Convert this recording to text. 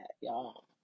y'all